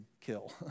kill